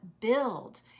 build